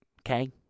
Okay